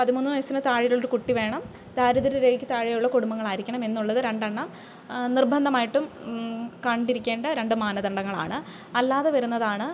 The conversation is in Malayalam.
പതിമൂന്ന് വയസ്സിന് താഴെയുള്ള ഒരു കുട്ടി വേണം ദാരിദ്ര്യരേഖക്ക് താഴെയുള്ള കുടുംബങ്ങളായിരിക്കണം എന്നുള്ളത് രണ്ടെണ്ണം നിർബന്ധമായിട്ടും കണ്ടിരിക്കേണ്ട രണ്ട് മാനദണ്ഡങ്ങളാണ് അല്ലാതെ വരുന്നതാണ്